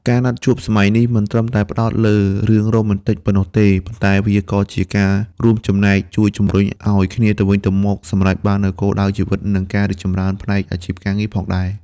ការណាត់ជួបសម័យនេះមិនត្រឹមតែផ្ដោតលើរឿងរ៉ូម៉ែនទិកប៉ុណ្ណោះទេ ប៉ុន្តែវាក៏ជាការរួមចំណែកជួយជំរុញឱ្យគ្នាទៅវិញទៅមកសម្រេចបាននូវគោលដៅជីវិត និងការរីកចម្រើនផ្នែកអាជីពការងារផងដែរ។